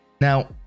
now